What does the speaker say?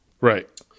Right